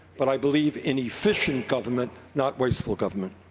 but i believe in efficient government, not wasteful government.